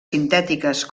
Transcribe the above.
sintètiques